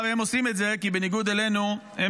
הם עושים את זה כי בניגוד אלינו הם